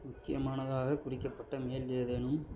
முக்கியமானதாகக் குறிக்கப்பட்ட மெயில் ஏதேனும்